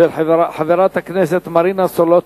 של חברת הכנסת מרינה סולודקין.